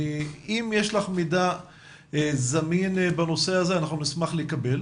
אם יש לך מידע זמין בנושא הזה, נשמח לקבל.